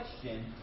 question